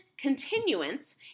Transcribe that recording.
continuance